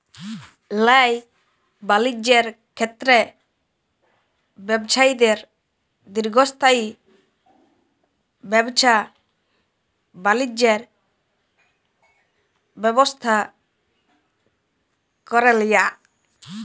ল্যায় বালিজ্যের ক্ষেত্রে ব্যবছায়ীদের দীর্ঘস্থায়ী ব্যাবছা বালিজ্যের ব্যবস্থা ক্যরে লিয়া